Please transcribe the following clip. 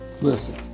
listen